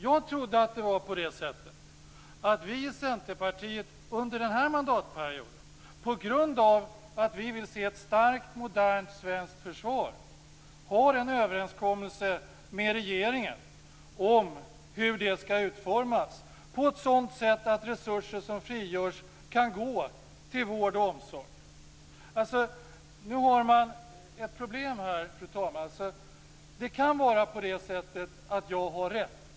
Jag trodde nämligen att de var på det sättet att vi i Centerpartiet under den här mandatperioden, på grund av att vi vill se ett starkt modernt svenskt försvar, har en överenskommelse med regeringen om hur det skall utformas så att resurser som frigörs kan gå till vård och omsorg. Nu har man ett problem här, fru talman. Det kan vara på det sättet att jag har rätt.